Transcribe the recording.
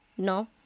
No